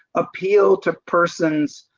appeal to persons